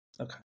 Okay